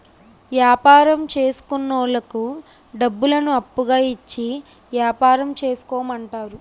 యాపారం చేసుకున్నోళ్లకు డబ్బులను అప్పుగా ఇచ్చి యాపారం చేసుకోమంటారు